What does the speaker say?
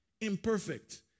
imperfect